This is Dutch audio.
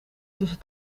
tussen